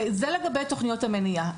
זה לגבי תכניות המניעה.